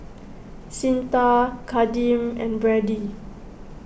Cyntha Kadeem and Brady